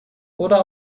oder